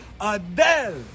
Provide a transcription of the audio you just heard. Adele